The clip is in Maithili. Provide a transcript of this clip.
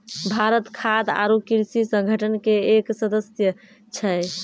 भारत खाद्य आरो कृषि संगठन के एक सदस्य छै